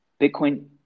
Bitcoin